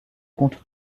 compte